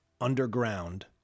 underground